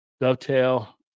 Dovetail